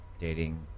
dating